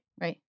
right